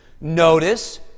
Notice